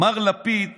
מר לפיד